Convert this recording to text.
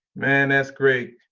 man, that's great.